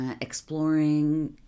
exploring